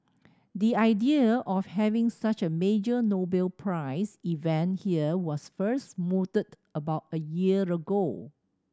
the idea of having such a major Nobel Prize event here was first mooted about a year ago